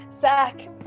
Zach